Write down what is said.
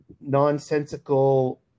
nonsensical